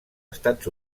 estats